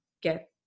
get